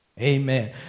Amen